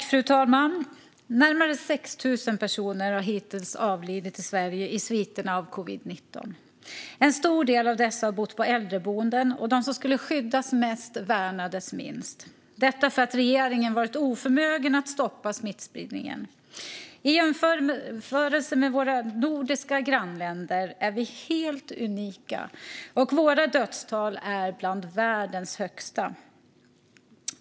Fru talman! Närmare 6 000 personer har hittills avlidit i Sverige i sviterna av covid-19. En stor del av dessa har bott på äldreboenden. De som skulle skyddas mest värnades minst - detta för att regeringen varit oförmögen att stoppa smittspridningen. I jämförelse med våra nordiska grannländer är vi helt unika, och våra dödstal är bland världens högsta.